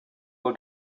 will